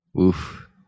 Oof